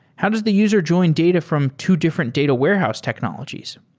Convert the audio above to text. how does the user join data from two different data warehouse technologies?